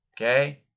okay